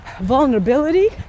vulnerability